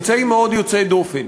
אמצעים מאוד יוצאי דופן.